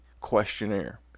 questionnaire